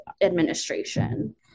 administration